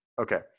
Okay